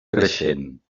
creixent